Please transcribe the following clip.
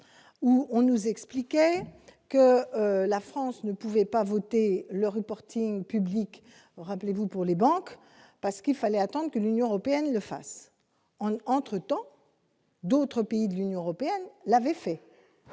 ou on nous expliquait que la France ne pouvait pas voter le reporting public rappelez-vous pour les banques parce qu'il fallait attend que l'Union européenne ne fasse en entre- temps. D'autres pays de l'Union européenne l'avait fait